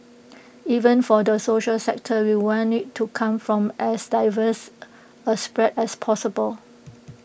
even for the social sector we want IT to come from as diverse A spread as possible